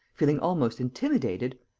feeling almost intimidated,